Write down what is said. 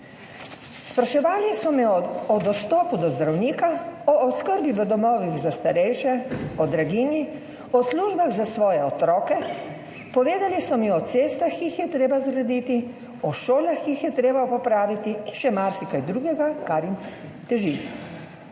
Spraševali so me o dostopu do zdravnika, o oskrbi v domovih za starejše, o draginji, o službah za svoje otroke, povedali so mi o cestah, ki jih je treba zgraditi, o šolah, jih je treba popraviti, še marsikaj drugega, kar jih teži.